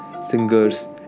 singers